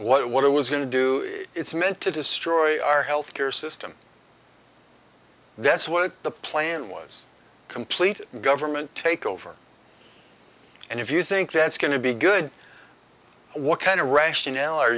it what it was going to do it's meant to destroy our health care system that's what the plan was complete government takeover and if you think that's going to be good what kind of rationale